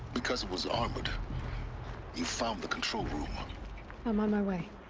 because it was armored you found the control room i'm on my way.